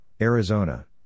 Arizona